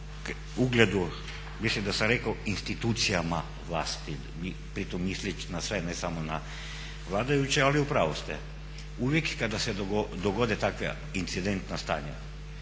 o ugledu mislim da sam rekao institucijama vlasti, pri tome misleći na sve ne samo na vladajuće ali u pravu ste. Uvijek kada se dogode takva incidentna stanja,